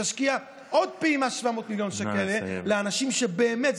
תשקיע עוד פעימה של 700 מיליון שקל לאנשים שבאמת,